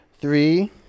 Three